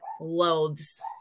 loathes